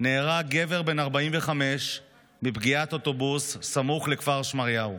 נהרג גבר בן 45 מפגיעת אוטובוס סמוך לכפר שמריהו,